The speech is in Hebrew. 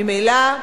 ממילא,